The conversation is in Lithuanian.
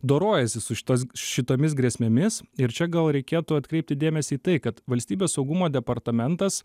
dorojasi su šitos šitomis grėsmėmis ir čia gal reikėtų atkreipti dėmesį į tai kad valstybės saugumo departamentas